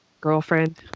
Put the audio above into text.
girlfriend